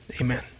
amen